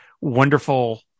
wonderful